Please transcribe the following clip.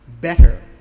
better